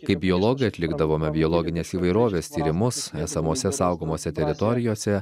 kaip biologai atlikdavome biologinės įvairovės tyrimus esamose saugomose teritorijose